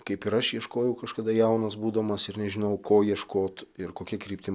kaip ir aš ieškojau kažkada jaunas būdamas ir nežinojau ko ieškot ir kokia kryptim